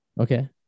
Okay